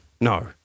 No